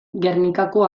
gernikako